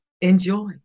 enjoy